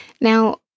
Now